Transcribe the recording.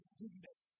goodness